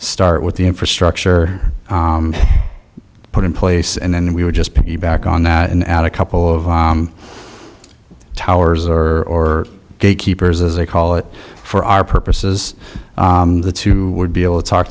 start with the infrastructure put in place and then we would just be back on that and add a couple of towers or gatekeepers as they call it for our purposes the two would be